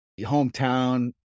hometown